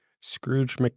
Scrooge